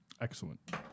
Excellent